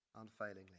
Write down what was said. unfailingly